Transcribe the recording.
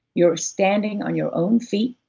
you're standing on your own feet,